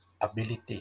ability